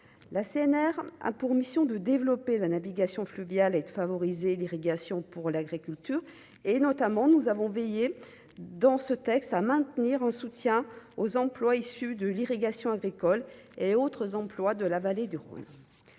la CNR a pour mission de développer la navigation fluviale et de favoriser l'irrigation pour l'agriculture et, notamment, nous avons veillé dans ce texte, à maintenir un soutien aux employes issus de l'irrigation agricole et autres employes de la vallée du Rhône,